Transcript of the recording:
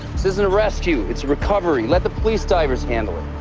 this isn't a rescue. it's a recovery. let the police divers handle it.